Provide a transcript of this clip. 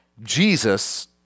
Jesus